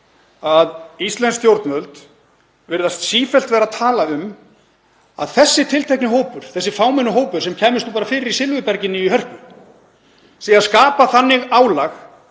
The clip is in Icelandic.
að íslensk stjórnvöld virðast sífellt vera að tala um að þessi tiltekni hópur, þessi fámenni hópur sem kæmist fyrir í Silfurbergi í Hörpu, sé að skapa þannig álag